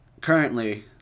currently